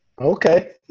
Okay